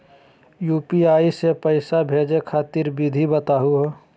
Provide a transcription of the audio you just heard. UPI स पैसा भेजै खातिर विधि बताहु हो?